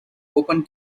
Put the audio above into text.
open